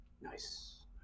Nice